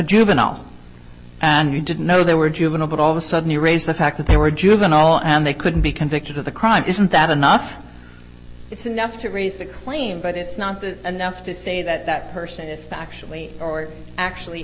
juvenile and you didn't know they were juvenile but all of a sudden you raise the fact that they were juvenile and they couldn't be convicted of the crime isn't that enough it's enough to raise the claim but it's not enough to say that that person is actually actually